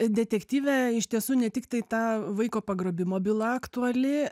detektyve iš tiesų ne tiktai ta vaiko pagrobimo byla aktuali